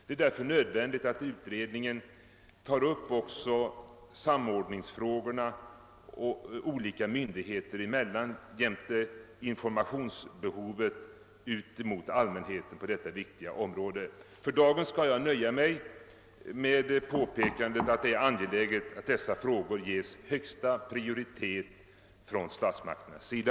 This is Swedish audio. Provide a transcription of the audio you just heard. Det är därför nödvändigt att utredningen tar upp också samordningsfrågorna olika myndigheter emellan jämte informationsbehovet ut mot allmänheten på detta viktiga område. För dagen skall jag nöja mig med påpekandet att det är angeläget att dessa frågor ges högsta prioritet från statsmakternas sida.